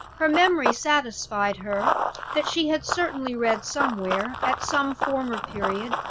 her memory satisfied her that she had certainly read somewhere, at some former period,